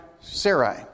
Sarai